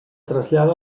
trasllada